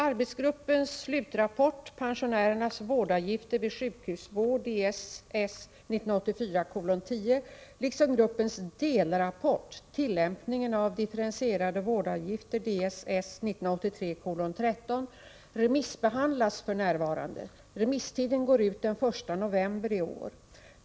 Arbetsgruppens slutrapport liksom gruppens delrapport remissbehandlas f. n. Remisstiden går ut den 1 november i år.